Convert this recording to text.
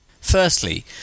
Firstly